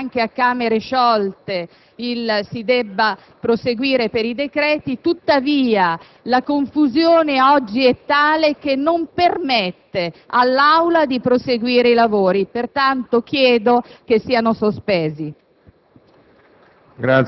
comunque che, anche a Camere sciolte, si debba tenere seduta per l'esame dei decreti, tuttavia, la confusione oggi è tale che non permette all'Assemblea di proseguire i lavori e pertanto chiedo che siano sospesi.